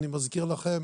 אני מזכיר לכם